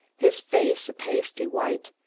his face a pasty white,